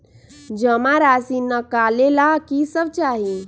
जमा राशि नकालेला कि सब चाहि?